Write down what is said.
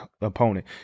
opponent